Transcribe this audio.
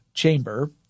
chamber